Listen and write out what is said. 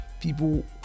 people